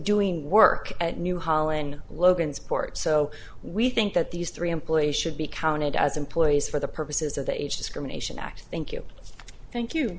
doing work at new holland logansport so we think that these three employees should be counted as employees for the purposes of the age discrimination act thank you thank you